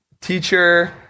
teacher